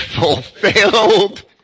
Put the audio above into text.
fulfilled